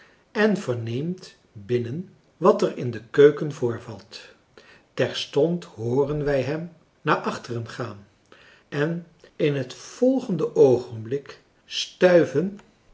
en verneemt binnen wat er in de keuken voorvalt terstond hooren wij hem naar achteren gaan en in het volgende oogenblik stuiven